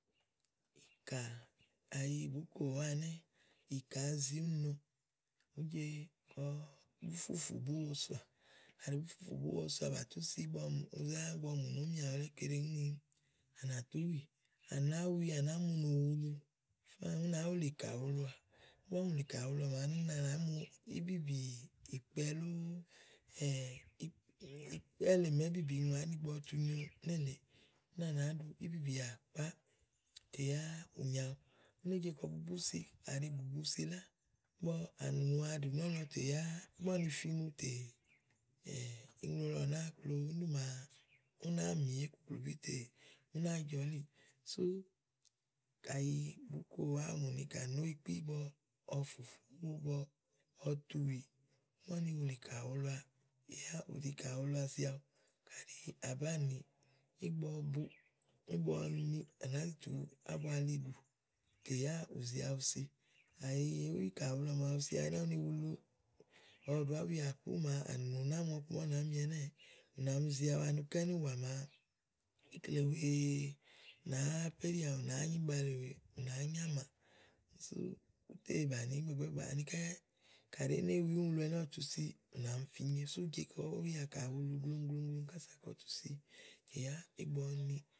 ìkà kàyi bùú ko ùwá ɛnɛ́ ìkà azi úni no, ùú je kɔ bú fufù búwo soà, kàɖi bùú fufù búwo soà bà tú si ìgbɔ bu mù ni ùú ŋlɛ̀ wulé keɖeŋ úni à nà tú wi, à nàá wi, à nàá mu ni ù ùwulu, à nàá banìi ú nàá wulì ìkà wulua. ígbɔ úni wùlì ìkàwulua màaɖu úni à nàá nì íbìbì ìkpɛ lóó ikpɛ́ le màa íbìbì i nyoà áɖì ígbɔ ɔwɔ tu nyo nélèe úni à nàá ɖu íbìbìà kpá tè yá ù nyo awu ú né je kɔ bu búsiì. káɖi bù busi la ígbɔ ànùnù wa ɖù nɔ̀lɔ tè yá ígbɔ úni fi iŋlutè iŋlu lɔ nàáa kplo, úni ɖí màa mì íkuklùbí tè ú ná jɔ elíì sú kayi bùú ko ùwá ɔwɔ mù ni ìkà nòoéyi kpí ígbɔ ɔwɔ fùfù búwo ígbɔ ɔwɔ tu wì ígbɔ úni wùlì ìkà wulua tè yá ù wùlì ìkà wulua siɔwɛ kàɖi à bá nìi, ígbɔ ɔwɔ bu, igbɔ ɔwɔ ni tè à nàá zi tùu ɖù ígbɔ ɔwɔ ni tè yá ù zi awu siikayi èé wi ìkàwulua màaɖu si awu ɖɛ́ɛ́ úni wulu, ɔwɔ ɖù ábuà kpú màa ànùnù ná ɔku màa ú nàá mi ɛnɛ́ɛ̀, ú nà mi zi awu ani uká ínìwà màa ikle wèe péɖià, ù nàáá nyi ígbale wèeè, ù nàáá nyamàà sú bú lè bàni ígbàgbáàgbà anikɛ́ kàɖi éne wi úniwulu ɛnɛ́ ɔwɔ tu si ú nà finye sú tè kɔ wià kà wulu gloŋgloŋgloŋ kása kɔ tú si tè yá ígbɔ ɔwɔ ni.